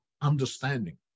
understanding